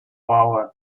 over